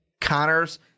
Connors